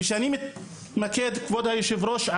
כבוד היושב-ראש,